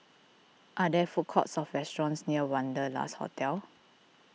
are there food courts or restaurants near Wanderlust Hotel